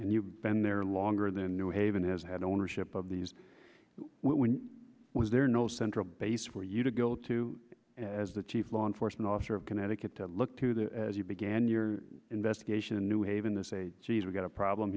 and you've been there longer than new haven has had ownership of these when was there no central base for you to go to as the chief law enforcement officer of connecticut to look to the as you began your investigation in new haven this a g s we've got a problem